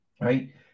Right